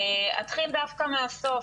אתחיל דווקא מהסוף,